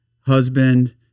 husband